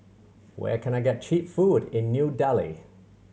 where can I get cheap food in New Delhi